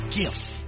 gifts